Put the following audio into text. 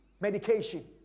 medication